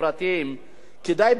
כדאי שבאמת יסתכלו,